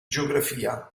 geografia